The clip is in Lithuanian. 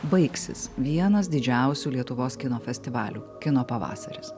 baigsis vienas didžiausių lietuvos kino festivalių kino pavasaris